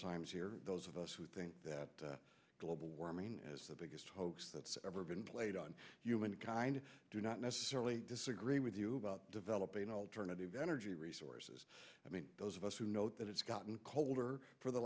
times here those of us who think that global warming as the biggest hoax that's ever been played on human kind do not necessarily disagree with you about developing alternative energy resources i mean those of us who note that it's gotten colder for the